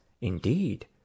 indeed